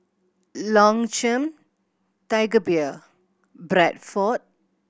Longchamp Tiger Beer Bradford